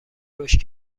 رشد